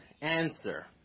answer